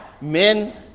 Men